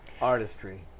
artistry